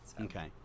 okay